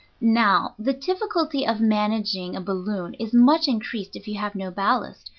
now, the difficulty of managing a balloon is much increased if you have no ballast,